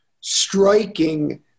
striking